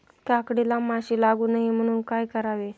काकडीला माशी लागू नये म्हणून काय करावे?